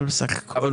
הוא